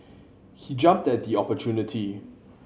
he jumped at the opportunity